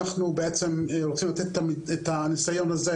אנחנו בדיונים מתמשכים על הנושא.